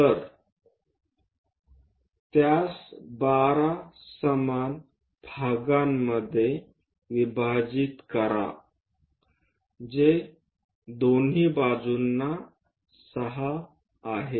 तर त्यास 12 समान भागांमध्ये विभाजित करा जे दोन्ही बाजूंना 6 आहेत